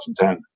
2010